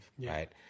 right